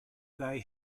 they